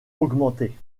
augmentée